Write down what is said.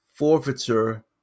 Forfeiture